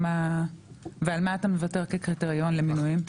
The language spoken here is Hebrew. ועל מה אתה מוותר כקריטריון למינויים?